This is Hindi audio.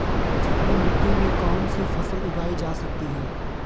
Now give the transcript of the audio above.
चिकनी मिट्टी में कौन सी फसल उगाई जा सकती है?